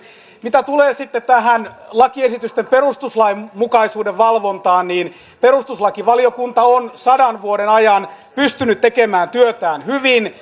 mitä tulee sitten tähän lakiesitysten perustuslainmukaisuuden valvontaan niin perustuslakivaliokunta on sadan vuoden ajan pystynyt tekemään työtään hyvin